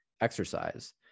exercise